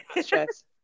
Stress